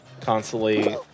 constantly